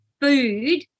food